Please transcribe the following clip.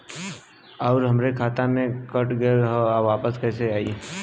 आऊर हमरे खाते से कट गैल ह वापस कैसे आई?